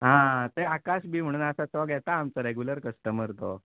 हा ते आकाश बी म्हुणून आसा तो घेता आमचो रॅगुलर कस्टमर तो